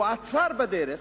הוא עצר בדרך,